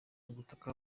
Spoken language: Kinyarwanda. ubutaka